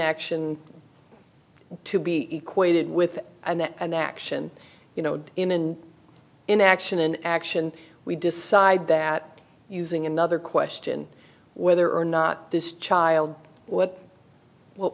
action to be equated with and action you know in an in action in action we decide that using another question whether or not this child what what